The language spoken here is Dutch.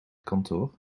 kantoor